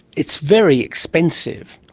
it's very expensive,